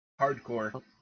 Hardcore